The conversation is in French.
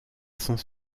sans